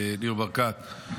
ניר ברקת,